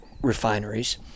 refineries